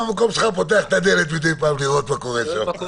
מהמקום שלך פותח את הדלת מדי פעם לראות מה קורה שם.